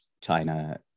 china